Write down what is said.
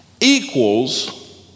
equals